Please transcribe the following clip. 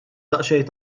daqsxejn